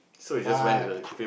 but